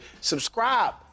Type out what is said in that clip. Subscribe